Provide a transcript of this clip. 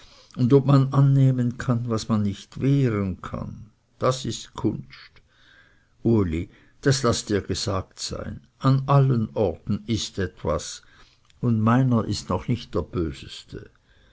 und ob man annehmen kann was man nicht wehren kann das ist dkunst uli das laß dir gesagt sein an allen orten ist etwas und meiner ist noch nicht der böste